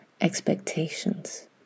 expectations